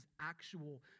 actual